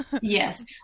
Yes